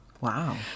Wow